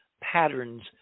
patterns